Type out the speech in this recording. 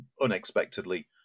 unexpectedly